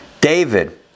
David